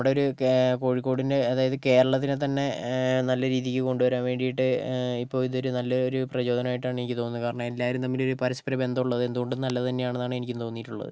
നമ്മുടെയൊരു രു കേ കോഴിക്കോടിൻ്റെ അതായത് കേരളത്തിലെ തന്നെ നല്ല രീതിക്ക് കൊണ്ടുവരാൻ വേണ്ടിയിട്ട് ഇപ്പോൾ ഇതൊരു നല്ലൊരു പ്രചോദനം ആയിട്ടാണ് എനിക്ക് തോന്നുന്നത് കാരണം എല്ലാവരും തമ്മിലൊരു പരസ്പരബന്ധം ഉള്ളത് എന്തുകൊണ്ടും നല്ലത് തന്നെയാണെന്നാണ് എനിക്കും തോന്നിയിട്ടുള്ളത്